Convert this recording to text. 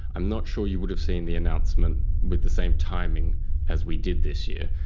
i'm not sure you would have seen the announcement with the same timing as we did this year.